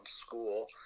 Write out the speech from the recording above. school